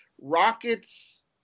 Rockets